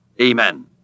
Amen